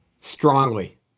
strongly